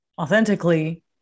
authentically